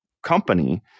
company